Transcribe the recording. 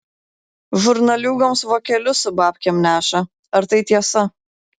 žurnaliūgoms vokelius su babkėm neša ar tai tiesa